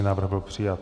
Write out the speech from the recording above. Návrh byl přijat.